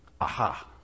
aha